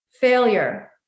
failure